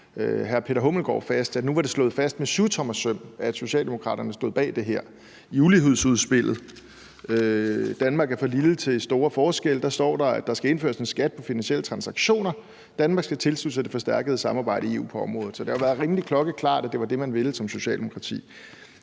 hr. Peter Hummelgaard fast med syvtommersøm, at Socialdemokraterne stod bag det her. I ulighedsudspillet »Danmark er for lille til store forskelle« står der: Der skal indføres en skat på finansielle transaktioner. Danmark skal tilslutte sig det forstærkede samarbejde i EU på området. Så det har været rimelig klokkeklart, at det var det, Socialdemokratiet